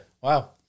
Wow